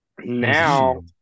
now